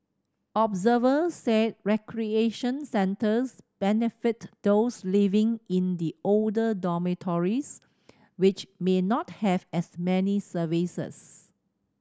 observers said recreation centres benefit those living in the older dormitories which may not have as many services